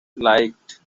liked